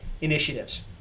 initiatives